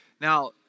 Now